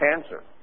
cancer